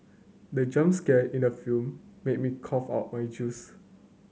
the jump scare in the film made me cough out my juice